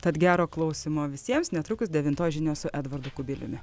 tad gero klausymo visiems netrukus devintoj žinios su edvardu kubiliumi